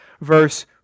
Verse